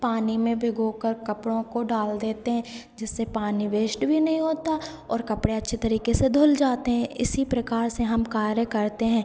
पानी में भिगोकर कपड़ों को डाल देते हैं जिससे पानी वेस्ट भी नहीं होता और कपड़े अच्छे तरीके से धुल जाते हैं इसी प्रकार से हम कार्य करते हैं